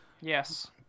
Yes